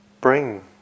bring